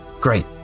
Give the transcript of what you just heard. Great